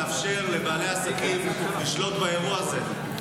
לאפשר לבעלי עסקים לשלוט באירוע הזה.